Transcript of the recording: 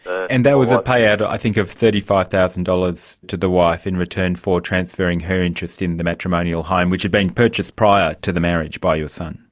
and that was a payout i think of thirty five thousand dollars to the wife in return for transferring her interest in the matrimonial home, which had been purchased prior to the marriage by your son.